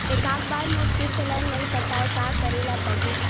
एकात बार मोर किस्त ला नई पटाय का करे ला पड़ही?